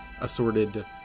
assorted